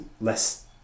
less